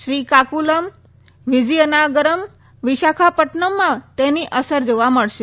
શ્રીકાકુલમ વિઝિઅનાગરમ વિશાખાપટ્ટનમમાં તેની અસર જોવા મળશે